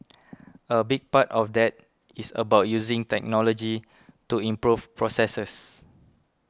a big part of that is about using technology to improve processes